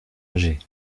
âgée